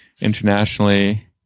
internationally